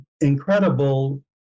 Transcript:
incredible